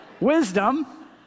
wisdom